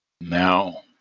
Now